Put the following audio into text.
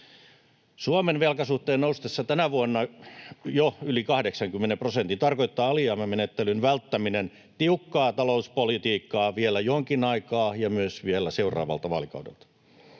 Suomen velkasuhteen noustessa tänä vuonna jo yli 80 prosentin, tarkoittaa alijäämämenettelyn välttäminen tiukkaa talouspolitiikkaa vielä jonkin aikaa ja myös vielä seuraavalta vaalikaudelta.